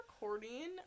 recording